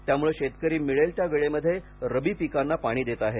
त्यामुळे शेतकरी मिळेल त्या वेळेमध्ये रब्बी पिकांना पाणी देत आहे